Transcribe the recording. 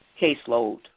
caseload